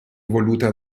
voluta